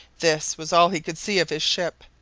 this was all he could see of his ship.